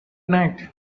night